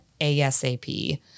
ASAP